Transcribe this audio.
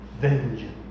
Vengeance